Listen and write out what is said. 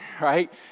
right